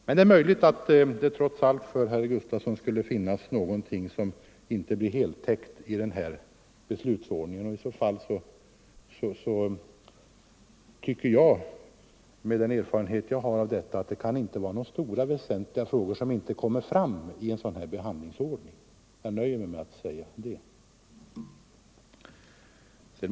Men det är möjligt att herr Gustavsson trots allt funnit att någonting inte blivit heltäckt med denna beslutsordning. Med den erfarenhet jag har av den tror jag emellertid inte att det kan gälla några stora och väsentliga frågor. Jag nöjer mig med att säga det.